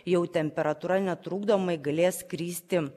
jau temperatūra netrukdomai galės kristi